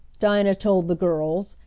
dinah told the girls,